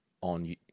on